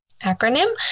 acronym